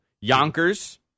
Yonkers